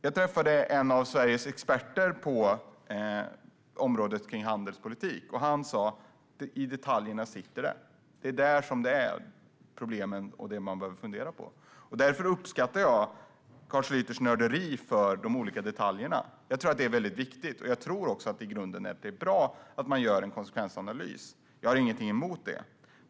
Jag träffade en av Sveriges experter på handelspolitik, och han sa att det sitter i detaljerna. Det är där problemen och det man behöver fundera på finns. Därför uppskattar jag Carl Schlyters nörderi när det gäller de olika detaljerna; jag tror att det är väldigt viktigt. Jag tror också att det i grunden är bra att man gör en konsekvensanalys. Jag har ingenting emot det.